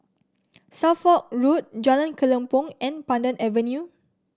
Suffolk Road Jalan Kelempong and Pandan Avenue